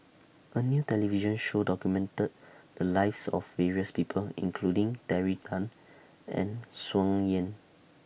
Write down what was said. A New television Show documented The Lives of various People including Terry Tan and Tsung Yeh